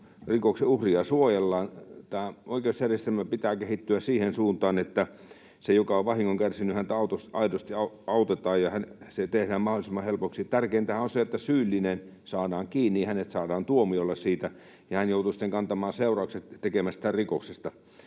rikoksen uhria suojellaan. Oikeusjärjestelmän pitää kehittyä siihen suuntaan, että sitä, joka on vahingon kärsinyt, aidosti autetaan ja se tehdään mahdollisimman helpoksi. Tärkeintähän on se, että syyllinen saadaan kiinni ja hänet saadaan tuomiolle siitä ja hän joutuu sitten kantamaan seuraukset tekemästään rikoksesta.